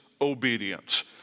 obedience